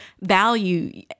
value